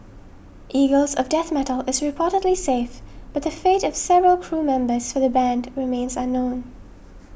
eagles of Death Metal is reportedly safe but the fate of several crew members for the band remains unknown